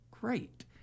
great